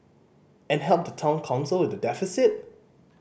and help the Town Council with the deficit